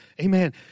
Amen